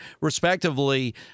respectively